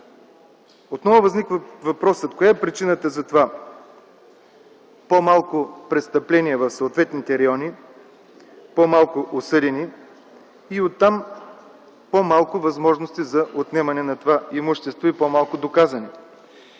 Отново възниква въпросът: коя е причината за това? По-малко престъпления в съответните райони, по-малко осъдени и оттам – по-малко възможности за отнемане на това имущество и по-малко доказани.